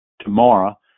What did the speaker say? tomorrow